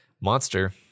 monster